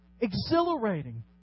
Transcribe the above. Exhilarating